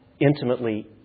intimately